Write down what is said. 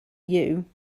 you